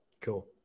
Cool